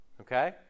Okay